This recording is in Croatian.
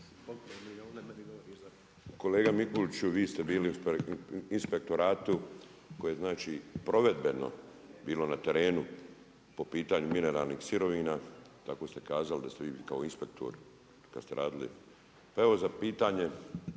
Kolega Mikuliću vi ste bili u inspektoratu koji je znači provedbeno bilo na terenu po pitanju mineralnih sirovina kad ste radili. Pa evo pitanje,